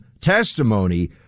testimony